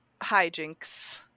hijinks